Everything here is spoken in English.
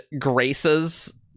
Grace's